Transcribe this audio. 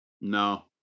no